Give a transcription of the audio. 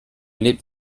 lebt